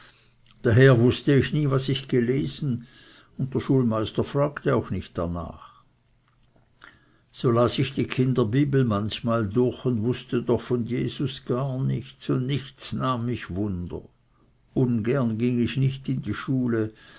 daher wußte ich nie was ich gelesen und der schulmeister fragte auch nicht darnach so las ich die kinderbibel manchmal durch und wußte doch von jesu gar nichts und nichts nahm mich wunder ungern ging ich nicht in die schule